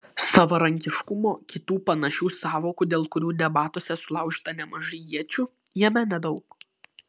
savarankiškumo kitų panašių sąvokų dėl kurių debatuose sulaužyta nemažai iečių jame nedaug